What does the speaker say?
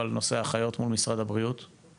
לגבי עידוד עלייה, מי במשרד הקליטה נותן?